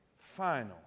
Final